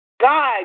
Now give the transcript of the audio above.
God